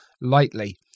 lightly